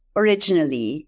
originally